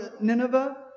Nineveh